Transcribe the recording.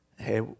Hey